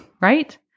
right